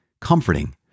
comforting